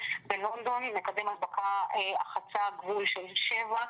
בלונדון מקדם ההדבקה חצה גבול של 7,